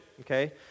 okay